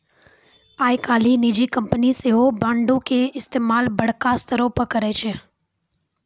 आइ काल्हि निजी कंपनी सेहो बांडो के इस्तेमाल बड़का स्तरो पे करै छै